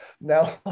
now